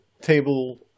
table